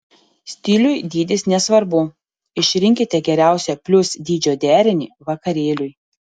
stiliui dydis nesvarbu išrinkite geriausią plius dydžio derinį vakarėliui